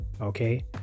okay